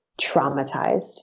traumatized